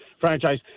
franchise